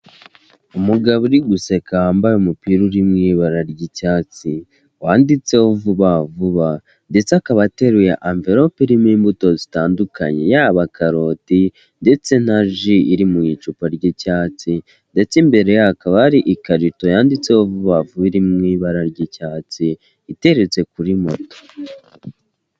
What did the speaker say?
Umugabo uri guseka wambaye umupira uri mu ibara ry'icyatsi wanditseho vuba vuba, ndetse akaba ateru ya anvelope irimo imbuto zitandukanye. Yaba karoti ndetse na ji iri mu icupa ry'icyatsi, ndetse imbere hakaba hari ikarito yanditseho vuba bavu iri mu ibara ry'icyatsi iteretse kuri moto.